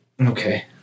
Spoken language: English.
okay